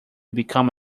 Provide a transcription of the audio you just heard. become